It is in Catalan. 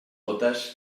gotes